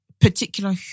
particular